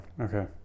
Okay